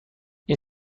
این